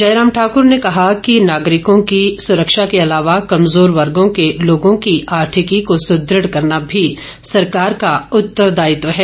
जयराम ठाकर ने कहा कि नागरिकों की सुरक्षा के अलावा कमजोर वर्गों के लोगों की आर्थिकी को सुदृढ करना भी सरकार का उत्तरदायित्व है